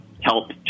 help